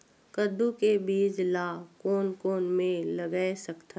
कददू के बीज ला कोन कोन मेर लगय सकथन?